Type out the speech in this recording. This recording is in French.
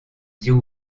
dire